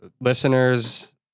listeners